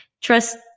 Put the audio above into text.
trust